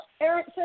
Eric